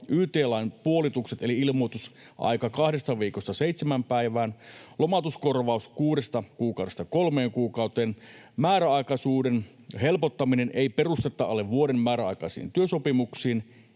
yt-lain puolitukset eli ilmoitusaika kahdesta viikosta seitsemään päivään, lomautuskorvaus kuudesta kuukaudesta kolmeen kuukauteen, määräaikaisuuden helpottaminen eli ei perustetta alle vuoden määräaikaisiin työsopimuksiin,